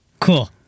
Cool